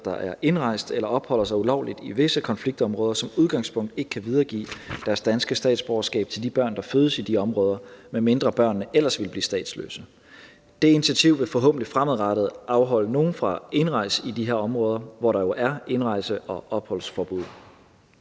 der er indrejst eller opholder sig ulovligt i visse konfliktområder, som udgangspunkt ikke kan videregive deres danske statsborgerskab til de børn, der fødes i de områder, medmindre børnene ellers ville blive statsløse. Det initiativ vil forhåbentlig fremadrettet afholde nogle fra at indrejse i de områder, hvor der jo er indrejse- og opholdsforbud.